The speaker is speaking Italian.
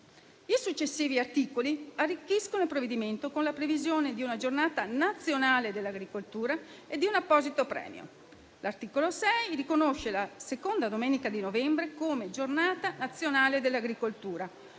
I successivi articoli arricchiscono il provvedimento con la previsione della Giornata nazionale dell'agricoltura e di un apposito premio. L'articolo 6 riconosce la seconda domenica di novembre come Giornata nazionale dell'agricoltura,